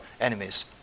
enemies